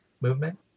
movement